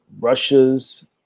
Russia's